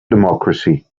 democracy